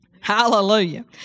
Hallelujah